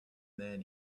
then